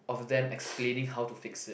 of them explaining how to fix it